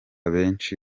benshi